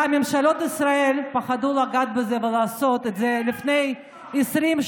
וממשלות ישראל פחדו לגעת בזה ולעשות את זה לפני 20,